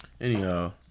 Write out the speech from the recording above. Anyhow